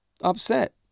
upset